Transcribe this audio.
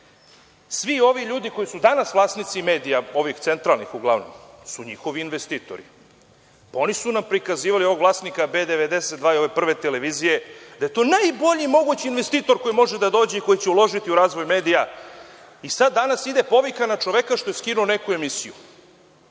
ovi ljudi koji su danas vlasnici medija, ovih centralnih uglavnom, su njihovi investitori. Oni su nam prikazivali ovog vlasnika „B92“ i ove „Prve televizije“ da je to najbolji mogući investitor koji može da dođe i koji će uložiti u razvoj medija. Sada danas ide povika na čoveka što je skinuo neku emisiju.